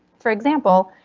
for example,